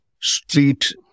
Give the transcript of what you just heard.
street